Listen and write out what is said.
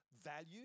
value